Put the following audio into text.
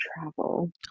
travel